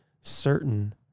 certain